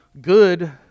good